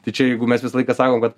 tačiau jeigu mes visą laiką sakom kad